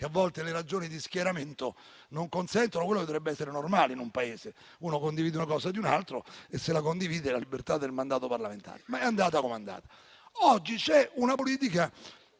A volte le ragioni di schieramento non consentono quello che dovrebbe essere normale in un Paese: se si condivide un provvedimento altrui, lo si fa con la libertà del proprio mandato parlamentare. È però andata come è andata. Oggi c'è una politica